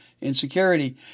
insecurity